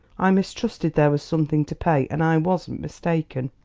i mistrusted there was something to pay, and i wasn't mistaken.